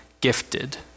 gifted